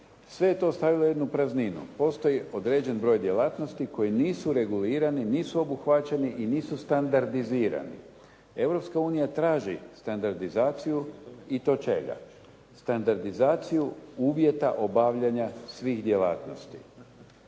sve je to stavilo jednu prazninu. Postoji određen broj djelatnosti koje nisu regulirani, nisu obuhvaćeni i nisu standardizirani. Europska unija traži standardizaciju i to čega? Standardizaciju uvjeta obavljanja svih djelatnosti,